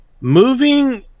moving